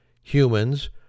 humans